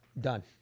Done